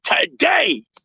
today